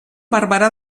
barberà